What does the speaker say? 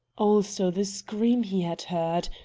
also, the scream he had heard,